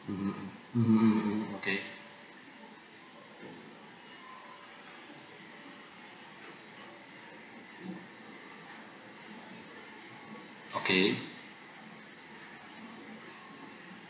mmhmm mm mmhmm mmhmm mmhmm okay okay